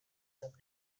some